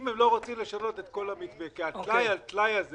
אם הם לא רוצים לשנות את כל המתווה כי הטלאי על טלאי הזה